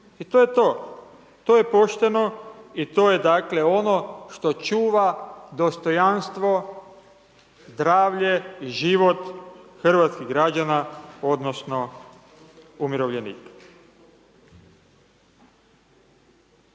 To je to, to je pošteno i to je dakle ono što čuva dostojanstvo, zdravlje i život hrvatskih građana, odnosno, umirovljenika.